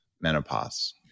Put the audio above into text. menopause